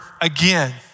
again